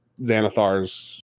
Xanathar's